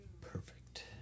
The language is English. Perfect